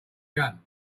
gun